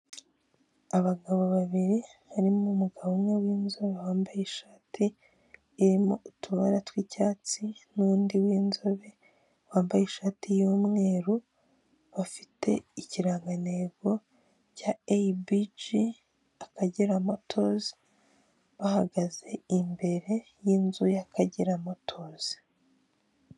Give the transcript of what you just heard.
Abagabo babiri harimo umugabo umwe w'inzobe wambaye ishati irimo utubara tw'icyatsi n'undi w'inzobe wambaye ishati y'umweru, bafite ikirangantego cya eyi bi ji Akagera motozi, bahagaze imbere y'inzu y'Akagera motozi.